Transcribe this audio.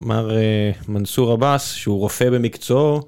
מר מאנסור עאבס שהוא רופא במקצוע.